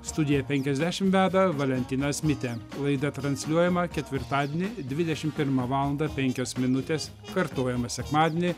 studija penkiasdešimt veda valentinas mitė laida transliuojama ketvirtadieniai dvidešimt pirmą valandą penkios minutės kartojama sekmadienį